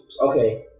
okay